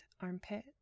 armpit